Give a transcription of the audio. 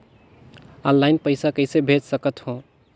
Online पइसा कइसे भेज सकत हो?